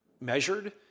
measured